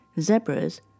zebras